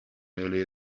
earlier